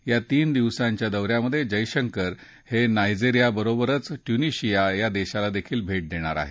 या तीन दिवसांच्या दौऱ्यात जयशंकर हे नायजेरिया बरोबरच ट्युनिशिया देशाला देखील भेट देणार आहेत